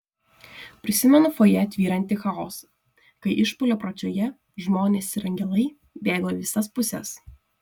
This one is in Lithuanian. prisimenu fojė tvyrantį chaosą kai išpuolio pradžioje žmonės ir angelai bėgo į visas puses